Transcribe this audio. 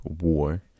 war